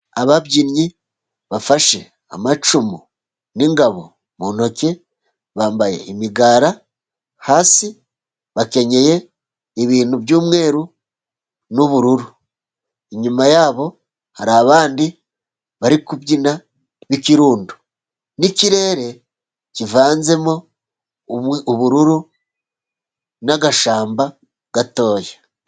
Ababyinnyi bafashe amacumu n'ingabo mu ntoki, bambaye imigara hasi bakenyeye ibintu by'umweru n'ubururu, inyuma yabo hari abandi bari kubyina nk'ikirundo, n'ikirere kivanzemo ubururu n'agashyamba gatoya.